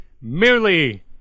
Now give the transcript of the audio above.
merely